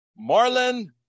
Marlon